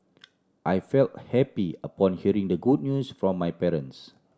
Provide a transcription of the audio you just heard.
I felt happy upon hearing the good news from my parents